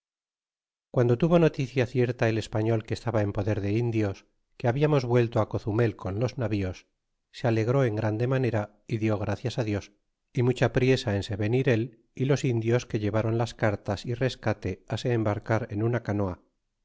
pando tuvo noticia cierta el español que estaba en poder de indios que hablamos vuelto cozumel ton los navíos se alegró en grande manera y dió gracias dios y mucha priesa en se venir él y los indios que ilevron las cartas y rescate se embarcar en una canoa